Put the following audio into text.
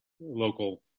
local